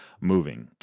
moving